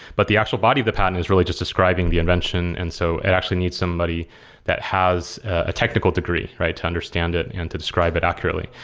but the actual body of the patent is really just describing the invention. and so it actually need somebody that has a technical degree try to understand it and to describe it accurately.